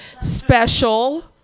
special